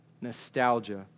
nostalgia